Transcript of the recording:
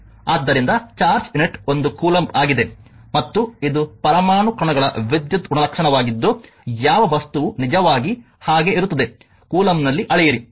ಆದ್ದರಿಂದ charge unit ಒಂದು coulomb ಆಗಿದೆ ಮತ್ತು ಇದು ಪರಮಾಣು ಕಣಗಳ ವಿದ್ಯುತ್ ಗುಣಲಕ್ಷಣವಾಗಿದ್ದು ಯಾವ ವಸ್ತುವು ನಿಜವಾಗಿ ಹಾಗೆ ಇರುತ್ತದೆ ಕೂಲಂಬ್ನಲ್ಲಿ ಅಳೆಯಿರಿ